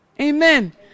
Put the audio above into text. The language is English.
Amen